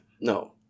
No